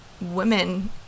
women